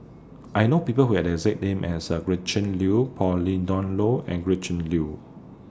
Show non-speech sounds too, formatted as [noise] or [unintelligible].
I know People Who Have The exact name as [unintelligible] Gretchen Liu Pauline Dawn Loh and Gretchen Liu